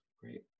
Great